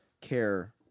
care